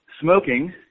smoking